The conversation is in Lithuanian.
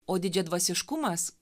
o didžiadvasiškumas